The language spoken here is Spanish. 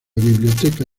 biblioteca